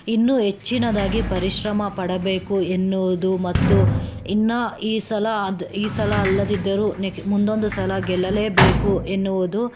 ಇನ್ನೂ ಹೆಚ್ಚಿನದಾಗಿ ಪರಿಶ್ರಮ ಪಡಬೇಕು ಎನ್ನುವುದು ಮತ್ತು ಇನ್ನೂ ಈ ಸಲ ಅದ್ ಈ ಸಲ ಅಲ್ಲದಿದ್ದರೂ ನೆಕ್ ಮುಂದೊಂದು ಸಲ ಗೆಲ್ಲಲೇಬೇಕು ಎನ್ನುವುದು